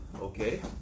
okay